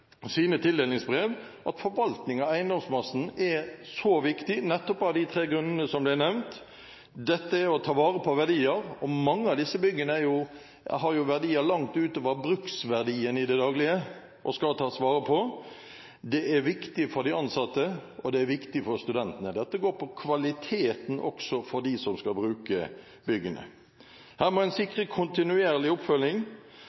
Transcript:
tildelingsbrev at forvaltning av eiendomsmassen er så viktig nettopp av de tre grunnene som ble nevnt. Dette er å ta vare på verdier. Mange av disse byggene har verdier langt utover bruksverdien i det daglige og skal tas vare på. Det er viktig for de ansatte, og det er viktig for studentene. Dette går også på kvaliteten for de som skal bruke byggene. Her må en